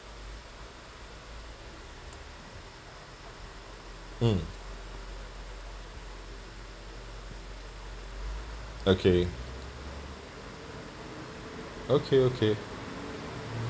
hmm okay okay okay